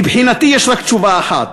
מבחינתי יש רק תשובה אחת: